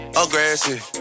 aggressive